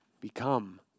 become